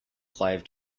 clive